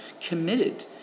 committed